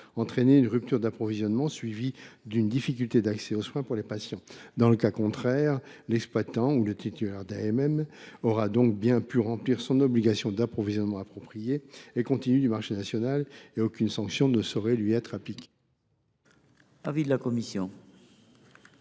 entraîné une rupture d’approvisionnement suivie d’une difficulté d’accès aux soins pour les patients. Dans le cas contraire, l’exploitant ou le titulaire d’AMM aura bien pu remplir son obligation d’approvisionnement approprié et continu du marché national, et aucune sanction ne saurait lui être appliquée.